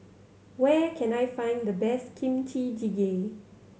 where can I find the best Kimchi Jjigae